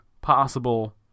possible